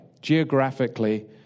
geographically